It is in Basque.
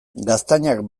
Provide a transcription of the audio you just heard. gaztainak